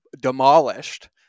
demolished